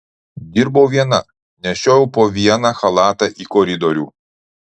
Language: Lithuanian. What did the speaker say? dirbau viena nešiojau po vieną chalatą į koridorių